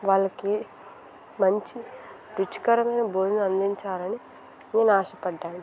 వాళ్ళకి మంచి రుచికరమైన భోజనం అందించాలని నేను ఆశపడ్డాను